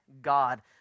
God